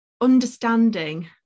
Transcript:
understanding